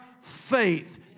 faith